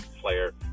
player